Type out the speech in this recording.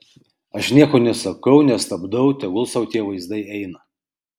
aš nieko nesakau nestabdau tegul sau tie vaizdai eina